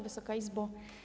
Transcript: Wysoka Izbo!